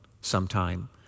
sometime